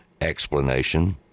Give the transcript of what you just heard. explanation